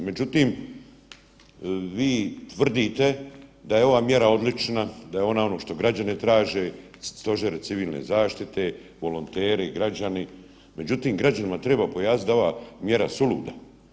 Međutim, vi tvrdite da je ova mjera odlična, da je ona ono što građani traže, stožeri civilne zaštite, volonteri, građani, međutim građanima treba pojasniti da je ova mjera suluda.